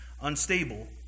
unstable